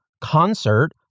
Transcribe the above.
concert